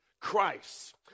Christ